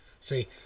See